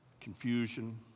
confusion